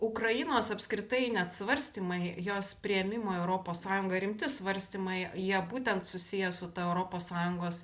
ukrainos apskritai net svarstymai jos priėmimo į europos sąjungą rimti svarstymai jie būtent susiję su ta europos sąjungos